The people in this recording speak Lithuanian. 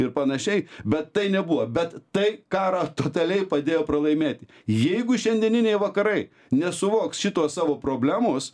ir panašiai bet tai nebuvo bet tai karą totaliai padėjo pralaimėti jeigu šiandieniniai vakarai nesuvoks šitos savo problemos